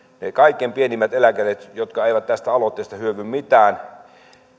niille kaikkein pienituloisimmille eläkeläisille jotka eivät tästä aloitteesta hyödy mitään